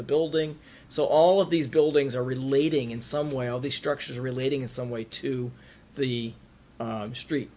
the building so all of these buildings are relating in some way all the structures relating in some way to the street